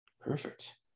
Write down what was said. Perfect